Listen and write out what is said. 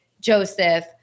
Joseph –